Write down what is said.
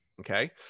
Okay